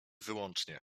wyłącznie